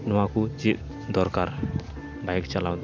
ᱱᱚᱣᱟᱠᱚ ᱪᱮᱫ ᱫᱚᱨᱠᱟᱨ ᱵᱟᱭᱤᱠ ᱪᱟᱞᱟᱣ